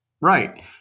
Right